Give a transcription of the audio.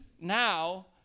now